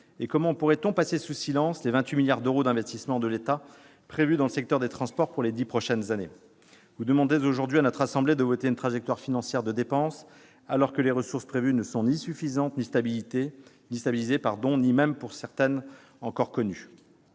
Et comment pourrait-on passer sous silence les 28 milliards d'euros d'investissement de l'État prévus dans le secteur des transports pour les dix prochaines années ? Vous demandez aujourd'hui à notre assemblée de voter une trajectoire financière de dépenses, alors que les ressources prévues ne sont ni suffisantes, ni stabilisées, ni même, pour certaines, encore connues.